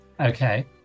Okay